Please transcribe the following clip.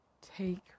take